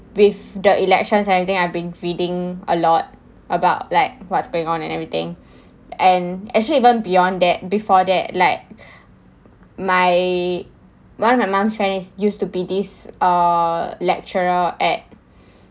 with the elections everything I've been reading a lot about like what's going on and everything and actually even beyond that before that like my one of my mum's friend used to be this uh lecturer at